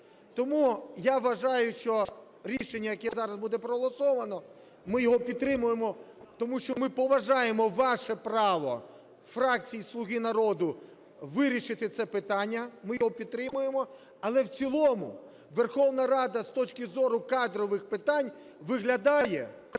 Тому я вважаю, що рішення, яке зараз буде проголосоване, ми його підтримуємо, тому що ми поважаємо ваше право фракції "Слуги народу" вирішити це питання. Ми його підтримуємо. Але в цілому Верховна Рада, з точки зору кадрових питань, виглядає